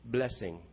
Blessing